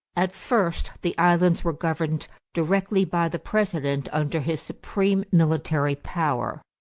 at first the islands were governed directly by the president under his supreme military power.